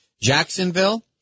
Jacksonville